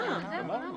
לא, גמרנו.